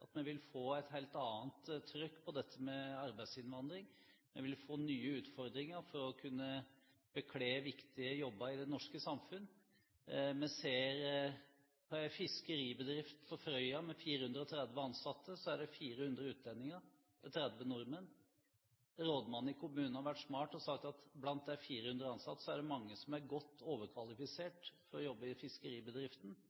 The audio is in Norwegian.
side. Vi vil få et helt annet trykk på dette med arbeidsinnvandring. Vi vil få nye utfordringer for å kunne bekle viktige jobber i det norske samfunn. I en fiskeribedrift på Frøya med 430 ansatte er det 400 utlendinger og 30 nordmenn. Rådmannen i kommunen har vært smart og sagt at blant de 400 ansatte er det mange som er